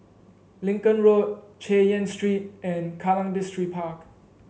Lincoln Road Chay Yan Street and Kallang Distripark